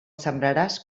sembraràs